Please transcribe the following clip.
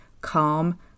calm